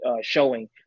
showing